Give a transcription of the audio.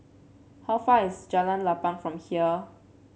how far away is Jalan Lapang from here